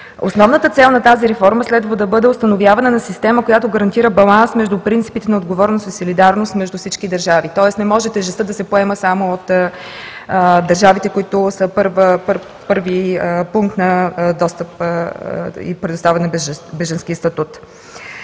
Основната цел на тази реформа следва да бъде установяване на система, която гарантира баланс между принципите на отговорност и солидарност между всички държави. Тоест не може тежестта да се поема само от държавите, които са първи пункт на достъп и предоставяне на бежански статут.